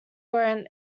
grant